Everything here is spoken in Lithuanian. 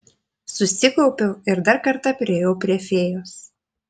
susikaupiau ir dar kartą priėjau prie fėjos